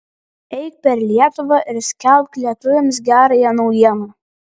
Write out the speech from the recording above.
eik per lietuvą ir skelbk lietuviams gerąją naujieną